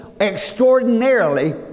extraordinarily